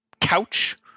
couch